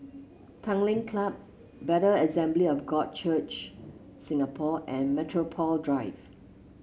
Tanglin Club Bethel Assembly of God Church Singapore and Metropole Drive